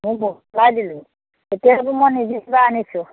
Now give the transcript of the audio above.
মোৰ দিলোঁ এতিয়া সেইবোৰ মই নিজে কিবা আনিছোঁ